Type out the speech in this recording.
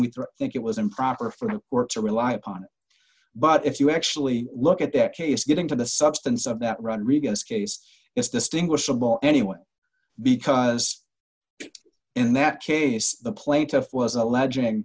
we think it was improper for work to rely upon but if you actually look at that case getting to the substance of that rodriguez case is distinguishable anyway because in that case the plaintiff was alleging